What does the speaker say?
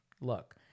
Look